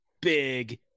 big